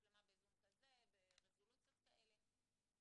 מצלמה בזום כזה או ברזולוציות כאלה וכאלה.